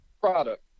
product